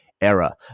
era